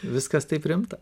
viskas taip rimta